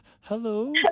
Hello